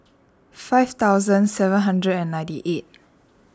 five thousand seven hundred and ninety eight